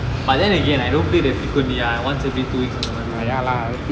but then again I don't play that frequently I once every two weeks அந்த மாதிரிதான்:antha maathirithaan